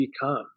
become